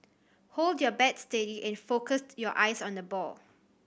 hold your bat steady and focus your eyes on the ball